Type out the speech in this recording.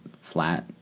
flat